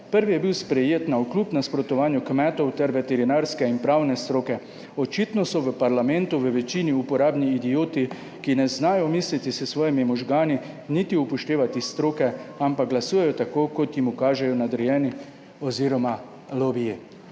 Prvi je bil sprejet navkljub nasprotovanju kmetov ter veterinarske in pravne stroke. Očitno so v parlamentu v večini uporabni idioti, ki ne znajo misliti s svojimi možgani, niti upoštevati stroke, ampak glasujejo tako, kot jim kažejo nadrejeni oziroma lobiji.